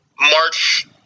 March